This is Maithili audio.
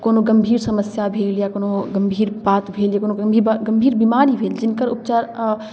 कोनो गम्भीर समस्या भेल या कोनो गम्भीर बात भेल जे कोनो गम्भीर गम्भीर बेमारी भेल जिनकर उपचार